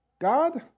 God